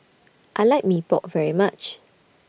I like Mee Pok very much